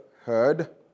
heard